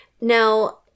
Now